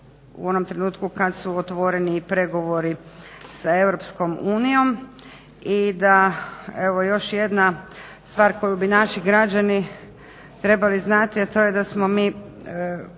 u onom trenutku kad su otvoreni pregovori sa Europskom unijom i da evo još jedna stvar koju bi naši građani trebali znati, a to je da smo mi